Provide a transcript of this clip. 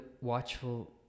watchful